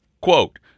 quote